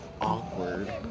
awkward